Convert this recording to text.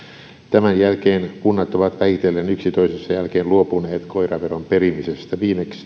tämän jälkeen kunnat ovat vähitellen yksi toisensa jälkeen luopuneet koiraveron perimisestä